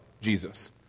Jesus